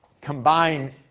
combine